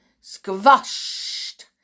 squashed